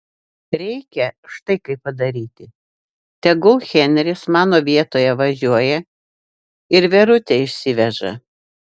reikia štai kaip padaryti tegul henris mano vietoje važiuoja ir verutę išsiveža